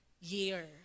year